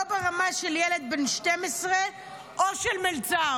לא ברמה של ילד בן 12 או של מלצר.